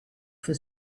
for